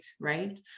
right